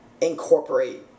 incorporate